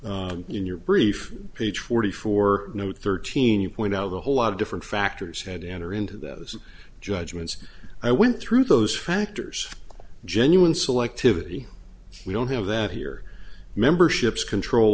been in your brief page forty four note thirteen you point out the whole lot of different factors had to enter into those judgments i went through those factors genuine selective we don't have that here memberships control